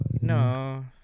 no